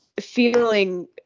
feeling